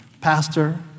Pastor